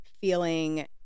feeling